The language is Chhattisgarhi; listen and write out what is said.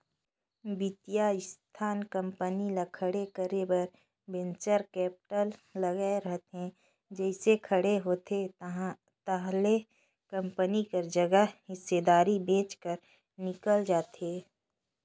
बित्तीय संस्था कंपनी ल खड़े करे बर वेंचर कैपिटल लगाए रहिथे जइसे खड़े होथे ताहले कंपनी कर जग हिस्सादारी बेंच कर निकल जाथे